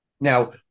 Now